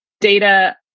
data